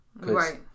right